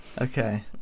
Okay